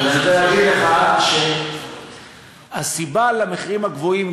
אני רוצה להגיד לך שהסיבה למחירים הגבוהים,